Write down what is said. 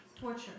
Torture